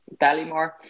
Ballymore